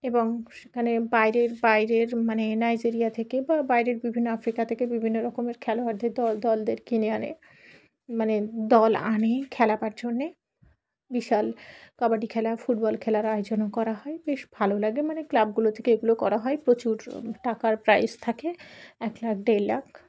এবং সেখানে বাইরের বাইরের মানে নাইজেরিয়া থেকে বা বাইরের বিভিন্ন আফ্রিকা থেকে বিভিন্ন রকমের খেলোয়াড়দের দল দলদের কিনে আনে মানে দল আনে খেলাবার জন্যে বিশাল কাবাডি খেলা ফুটবল খেলার আয়োজনও করা হয় বেশ ভালো লাগে মানে ক্লাবগুলো থেকে এগুলো করা হয় প্রচুর টাকার প্রাইজ থাকে এক লাখ দেড় লাখ